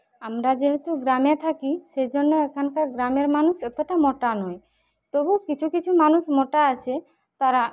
আমরা যেহেতু গ্রামে থাকি সেজন্য এখানকার গ্রামের মানুষ এতোটা মোটা নয় তবু কিছু কিছু মানুষ মোটা আছে তাঁরা